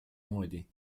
moodi